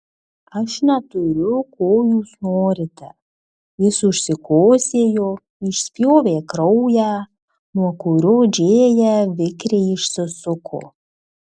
aš neturiu ko jūs norite jis užsikosėjo išspjovė kraują nuo kurio džėja vikriai išsisuko